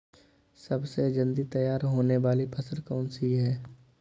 सबसे जल्दी तैयार होने वाली फसल कौन सी है?